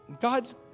God's